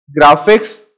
graphics